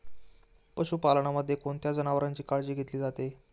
पशुपालनामध्ये कोणत्या जनावरांची काळजी घेतली जाते?